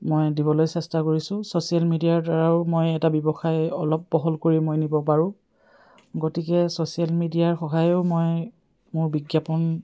মই দিবলৈ চেষ্টা কৰিছোঁ ছ'চিয়েল মিডিয়াৰ দ্বাৰাও মই এটা ব্যৱসায় অলপ বহল কৰি মই নিব পাৰোঁ গতিকে ছ'চিয়েল মিডিয়াৰ সহায়ো মই মোৰ বিজ্ঞাপন